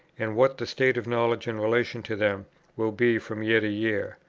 and what the state of knowledge in relation to them will be from year to year.